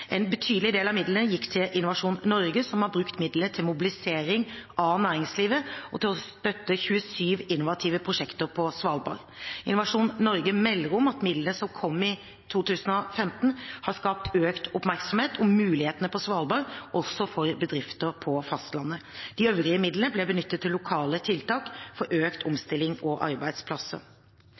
En betydelig del av midlene gikk til Innovasjon Norge, som har brukt midlene til mobilisering av næringslivet og til å støtte 27 innovative prosjekter på Svalbard. Innovasjon Norge melder om at midlene som kom i 2015, har skapt økt oppmerksomhet om mulighetene på Svalbard, også for bedrifter på fastlandet. De øvrige midlene ble benyttet til lokale tiltak for økt omstilling og arbeidsplasser.